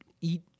eat